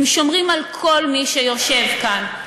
הם שומרים על כל מי שיושב כאן.